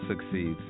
succeeds